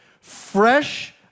Fresh